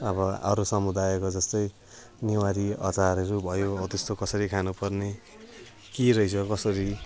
अब अरू समुदायको जस्तै नेवारी अचारहरू भयो हौ त्यस्तो कसरी खानु पर्ने के रहेछ कस्तो कसरी